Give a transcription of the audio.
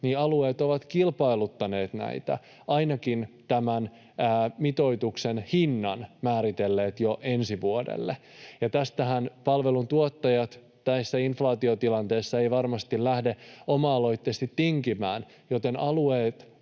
niin alueet ovat kilpailuttaneet näitä, ainakin tämän mitoituksen hinnan jo määritelleet ensi vuodelle. Ja tästähän palveluntuottajat tässä inflaatiotilanteessa eivät varmasti lähde oma-aloitteisesti tinkimään, joten alueet